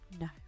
No